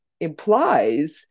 implies